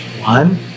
one